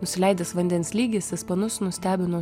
nusileidęs vandens lygis ispanus nustebino